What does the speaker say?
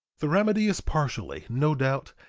the remedy is partially, no doubt,